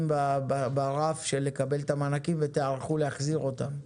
ברף קבלת המענקים ותערכו להחזיר אותם.